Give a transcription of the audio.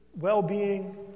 well-being